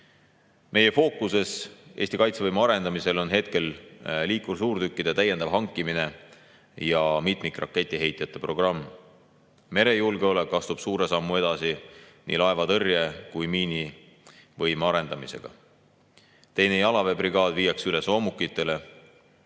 Meie fookuses Eesti kaitsevõime arendamisel on hetkel liikursuurtükkide täiendav hankimine ja mitmikraketiheitjate programm. Merejulgeolek astub suure sammu edasi nii laevatõrje kui ka miinivõime arendamisega. Teine jalaväebrigaad viiakse üle soomukitele.